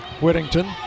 Whittington